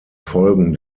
folgen